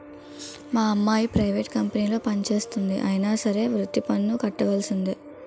మా అమ్మాయి ప్రైవేట్ కంపెనీలో పనిచేస్తంది అయినా సరే వృత్తి పన్ను కట్టవలిసిందే